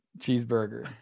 Cheeseburger